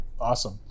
Awesome